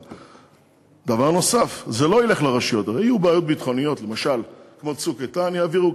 אנחנו רואים בהם סיכון ביטחוני פוטנציאלי